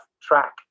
track